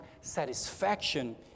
satisfaction